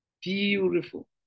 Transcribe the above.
beautiful